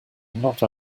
not